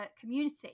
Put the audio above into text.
community